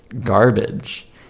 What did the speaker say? garbage